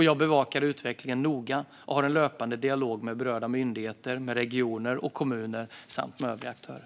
Jag bevakar utvecklingen noga och har en löpande dialog med berörda myndigheter, regioner och kommuner samt övriga aktörer.